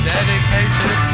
Dedicated